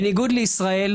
בניגוד לישראל,